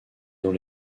dans